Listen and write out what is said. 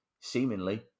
seemingly